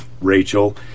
Rachel